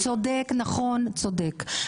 צודק, נכון, צודק.